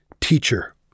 teacher